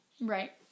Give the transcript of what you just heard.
Right